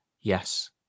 yes